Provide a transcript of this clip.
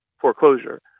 foreclosure